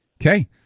Okay